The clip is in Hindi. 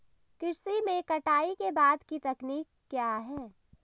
कृषि में कटाई के बाद की तकनीक क्या है?